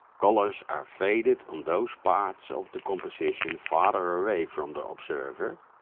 colors are faded on those parts of the composition farther away from the observer,